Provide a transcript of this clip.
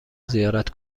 زیارت